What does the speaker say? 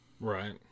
Right